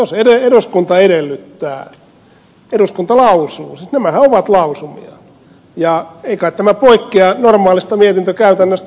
jos eduskunta edellyttää eduskunta lausuu siis nämähän ovat lausumia ja ei kai tämä poikkea normaalista mietintökäytännöstä